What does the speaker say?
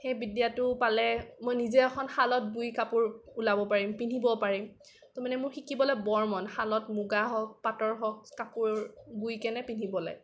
সেই বিদ্যাটো পালে মই নিজে এখন শালত বৈ কাপোৰ ওলাব পাৰিম পিন্ধিব পাৰিব ত' মানে মোৰ শিকিবলৈ বৰ মন শালত মূগা হওক পাটৰ হওক বৈ কেনে পিন্ধিবলৈ